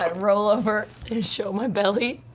um roll over and show my belly.